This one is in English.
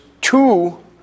two